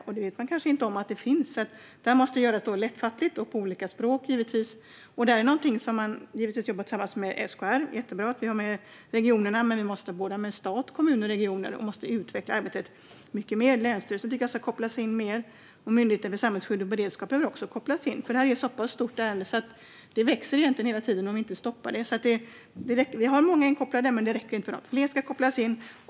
Men alla vet kanske inte att den möjligheten finns. Detta måste berättas på ett lättfattligt sätt och givetvis på olika språk. Detta är någonting som man givetvis jobbar med tillsammans med SKR. Det är jättebra att regionerna är med. Men vi måste ha med stat, kommuner och regioner och måste utveckla arbetet mycket mer. Jag tycker att länsstyrelserna ska kopplas in mer. Även Myndigheten för samhällsskydd och beredskap behöver kopplas in. Detta är ett stort ärende, och det växer hela tiden om vi inte stoppar det. Vi har många inkopplade, men det räcker inte. Fler ska kopplas in.